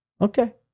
Okay